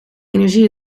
energie